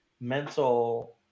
mental